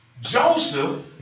Joseph